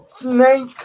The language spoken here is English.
snake